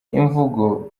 imvugo